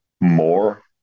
more